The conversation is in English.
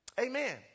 Amen